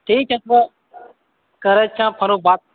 ठीक हइ करै छऽ फेरो बात